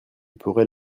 pourrait